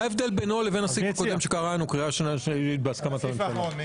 מה ההבדל בינו לבין הסעיף הקודם שקראנו בהסכמת הממשלה?